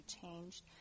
changed